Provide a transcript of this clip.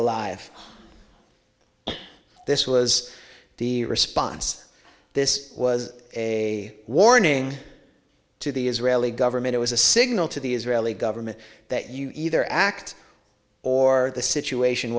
alive this was the response this was a warning to the israeli government it was a signal to the israeli government that you either act or the situation